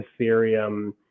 ethereum